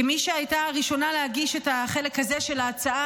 כמי שהייתה הראשונה להגיש את החלק הזה של ההצעה